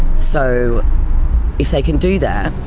so if they can do that,